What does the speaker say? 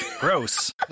gross